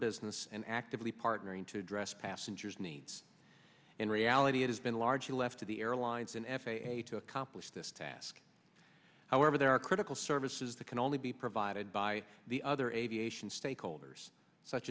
business and actively partnering to address passengers needs in reality it has been largely left to the airlines and f a a to accomplish this task however there are critical services that can only be provided by the other aviation stakeholders such